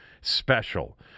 special